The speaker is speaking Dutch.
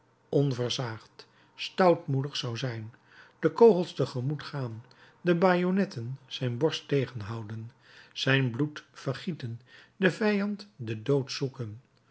onversaagd stoutmoedig zou zijn de kogels te gemoet gaan de bajonetten zijn borst tegenhouden zijn bloed vergieten den vijand den dood zoeken